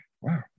wow